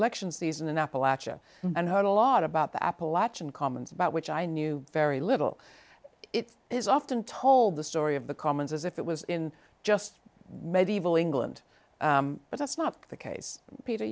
election season in appalachia and heard a lot about the appalachian commons about which i knew very little it is often told the story of the commons as if it was in just medival england but that's not the case peter